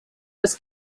was